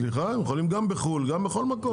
סליחה, יכולים גם בחו"ל וגם בכל מקום.